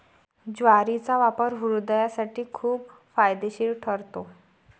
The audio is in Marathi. ज्वारीचा वापर हृदयासाठी खूप फायदेशीर ठरतो